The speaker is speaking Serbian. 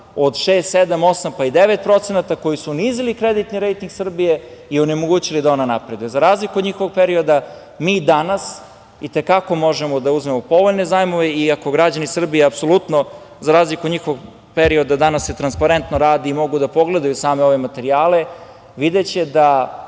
od 6%, 7%, 8%, pa i 9%, koji su unizili kreditni rejting Srbije i onemogućili da ona napreduje.Za razliku od njihovog perioda, mi danas i te kako možemo da uzmemo povoljne zajmove, iako građani Srbije apsolutno, za razliku od njihovog perioda, danas se transparentno radi i mogu da pogledaju same ove materijale i videće da